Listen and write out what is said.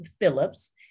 Phillips